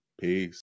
Peace